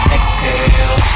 Exhale